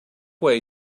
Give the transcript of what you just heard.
way